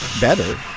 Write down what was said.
better